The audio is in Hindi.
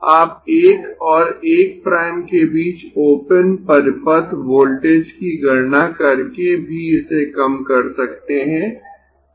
आप 1 और 1 प्राइम के बीच ओपन परिपथ वोल्टेज की गणना करके भी इसे कम कर सकते है